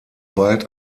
bald